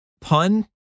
Pun